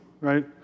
right